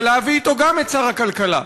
ולהביא אתו גם את שר הכלכלה.